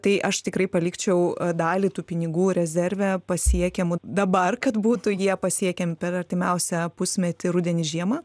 tai aš tikrai palikčiau dalį tų pinigų rezerve pasiekiamų dabar kad būtų jie pasiekiami per artimiausią pusmetį rudenį žiemą